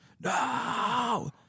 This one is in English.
No